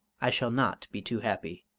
i shall not be too happy,